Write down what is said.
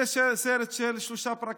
זה סרט של שלושה פרקים.